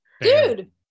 Dude